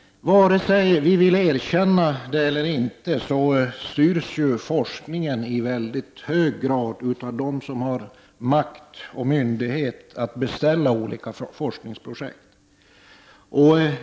Vare sig vi vill erkänna det eller inte styrs ju forskningen i mycket hög grad av dem som har makt och myndighet att beställa olika forskningsprojekt.